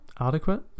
adequate